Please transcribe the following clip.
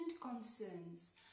concerns